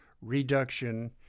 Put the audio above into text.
reduction